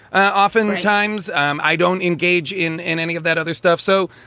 often times um i don't engage in in any of that other stuff. so.